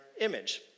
image